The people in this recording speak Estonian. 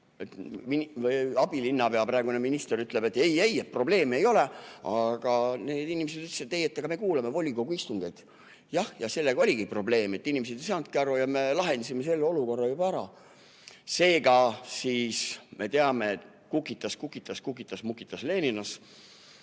abilinnapea, praegune minister, ütles, et ei-ei-ei, probleemi ei ole, aga need inimesed ütlesid, et nad kuulavad volikogu istungeid. Jah, selles oligi probleem, et inimesed ei saanudki aru. Ja me lahendasime selle olukorra ära. Seega, me teame, et ""Kukitas, kukitas, kukitas," mukitas Leninas",